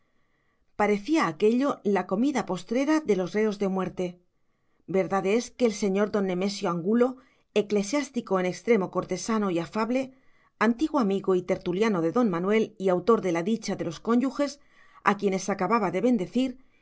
parecía aquello la comida postrera de los reos de muerte verdad es que el señor don nemesio angulo eclesiástico en extremo cortesano y afable antiguo amigo y tertuliano de don manuel y autor de la dicha de los cónyuges a quienes acababa de bendecir